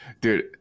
Dude